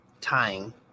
tying